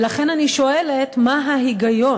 ולכן אני שואלת מה ההיגיון,